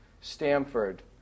Stanford